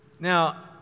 Now